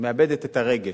מאבדת את הרגש.